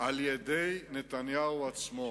על-ידי נתניהו עצמו,